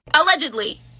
Allegedly